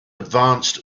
advanced